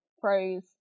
pros